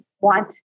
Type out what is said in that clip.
want